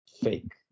fake